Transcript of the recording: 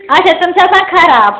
اچھا تِم چھِ آسان خراب